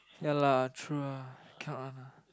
ya lah true lah cannot one lah